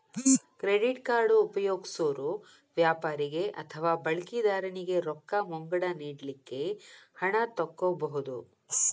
credit card ಉಪಯೊಗ್ಸೊರು ವ್ಯಾಪಾರಿಗೆ ಅಥವಾ ಬಳಕಿದಾರನಿಗೆ ರೊಕ್ಕ ಮುಂಗಡ ನೇಡಲಿಕ್ಕೆ ಹಣ ತಕ್ಕೊಬಹುದು